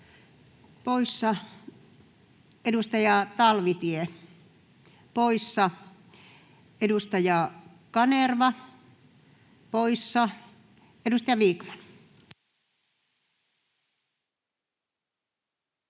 poissa, edustaja Talvitie poissa, edustaja Kanerva poissa. — Edustaja Vikman.